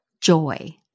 joy